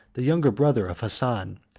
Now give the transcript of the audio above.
the younger brother of hassan,